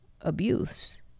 abuse